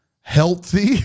healthy